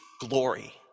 glory